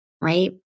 right